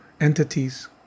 entities